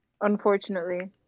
Unfortunately